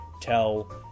tell